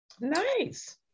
Nice